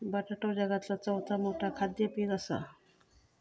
बटाटो जगातला चौथा मोठा खाद्य पीक असा